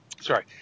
sorry